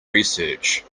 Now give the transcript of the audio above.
research